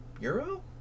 euro